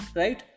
right